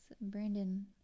brandon